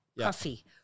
Coffee